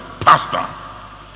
pastor